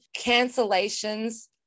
cancellations